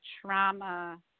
trauma